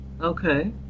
Okay